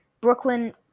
Brooklyn